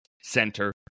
Center